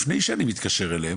לפני שאני מתקשר אליהם.